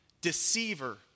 deceiver